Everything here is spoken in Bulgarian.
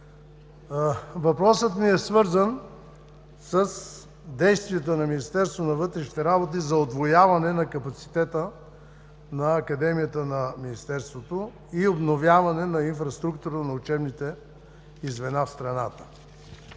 Въпросът ми е свързан с действията на Министерството на вътрешните работи за удвояване на капацитета на Академията на Министерството и обновяване на инфраструктурата на учебните й звена в страната.